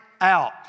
out